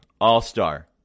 All-Star